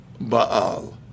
Baal